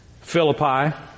Philippi